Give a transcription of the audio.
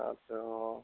আচ্ছা অঁ